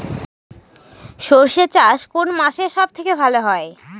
সর্ষে চাষ কোন মাসে সব থেকে ভালো হয়?